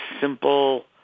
simple